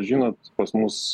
žinot pas mus